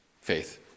faith